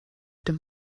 dem